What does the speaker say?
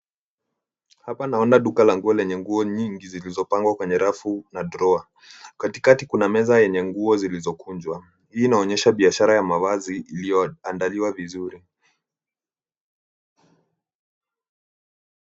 Hapa naona duka la nguo lenye nguo nyingi zilizopangwa kwenye rafu na drawer ,katikati kuna meza yenye nguo zilizokunjwa. Hii inaonyesha biashara ya mavazi iliyoandaliwa vizuri.